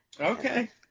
Okay